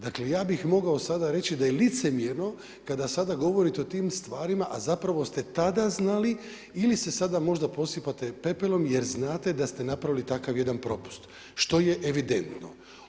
Dakle, ja bih mogao sada reći da je licemjerno, kada sada govorite o tim stvarima, a zapravo ste tada znali ili se sada možda posipate pepelom, jer znate da ste napravili takav jedan propust, što je evidentno.